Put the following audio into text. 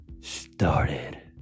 started